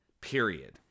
Period